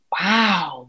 Wow